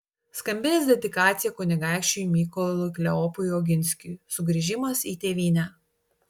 skambės dedikacija kunigaikščiui mykolui kleopui oginskiui sugrįžimas į tėvynę